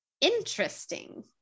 Interesting